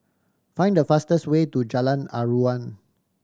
find the fastest way to Jalan Aruan